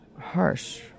harsh